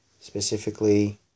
Specifically